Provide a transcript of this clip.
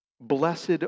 Blessed